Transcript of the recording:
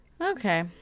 okay